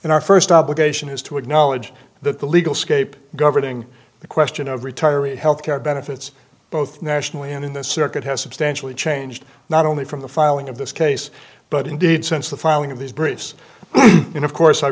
and our first obligation is to acknowledge that the legal scape governing the question of retiree health care benefits both nationally and in this circuit has substantially changed not only from the filing of this case but indeed since the filing of these briefs in of course i